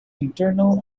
internal